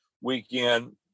weekend